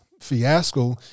fiasco